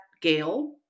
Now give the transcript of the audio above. Gail